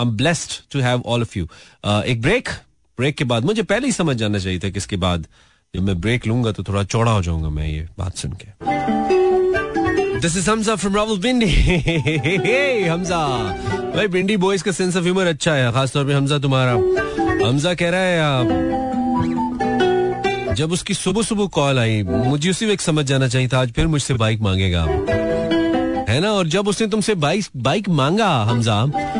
I'm blessed to have all of you. Uh, एक break, break के बाद, मुझे पहले ही समझ जाना चाहिए था कि इसके बाद, जब मैं break लूंगा, तो थोड़ा चौड़ा हो जाऊंगा मैं ये बात सुनके। This is Hamza from Rawalpindi. Hey, hey, hey, Hamza. भाई, Pindi boys का sense of humor अच्छा है, खासतौर पे Hamza तुम्हारा। Hamza कह रहा है, आप- जब उसकी सुबह-सुबह call आई, मुझे उसी वक्त समझ जाना चाहिए था, आज फिर मुझसे bike मांगेगा। है ना? और जब उसने तुमसे bike- bike मांगा, Hamza,